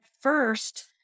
first